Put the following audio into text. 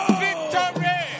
victory